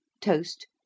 toast